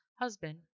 husband